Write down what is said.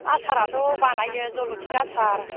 आसारआथ' बानायो जलफि आसार